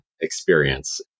experience